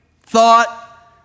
thought